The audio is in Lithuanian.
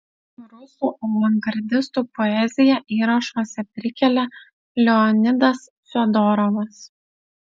rusų avangardistų poeziją įrašuose prikelia leonidas fedorovas